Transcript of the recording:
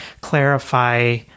clarify